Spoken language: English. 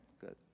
Good